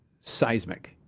seismic